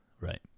right